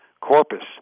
corpus